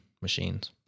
machines